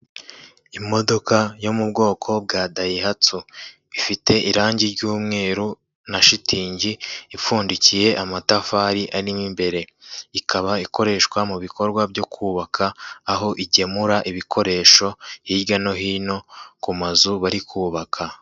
Imodoka yo mu bwoko bwa Daihatso ifite irangi ry'umweru na shitingi ipfundikiye amatafari ari mo imbere, ikaba ikoreshwa mu bikorwa byo kubaka, aho igemura ibikoresho hirya no hino ku mazu bari kubaka.